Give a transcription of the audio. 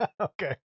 Okay